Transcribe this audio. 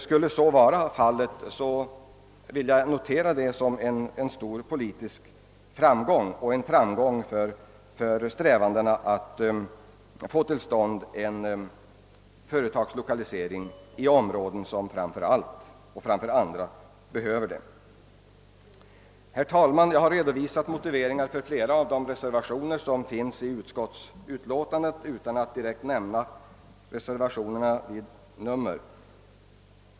Skulle så vara fallet vill jag notera det som en stor politisk framgång för centerpartiet och för strävandena att få till stånd en företagslokalisering i områden som framför andra behöver en sådan. Herr talman! Jag har redovisat motiveringarna för flera av de reservationer, som fogats till statsutskottets utlåtande nr 58 utan att därvid ange reservationernas nummer.